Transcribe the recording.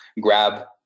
grab